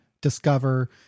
discover